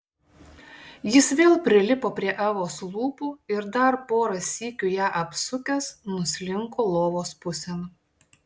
jis vėl prilipo prie evos lūpų ir dar porą sykių ją apsukęs nuslinko lovos pusėn